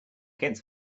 get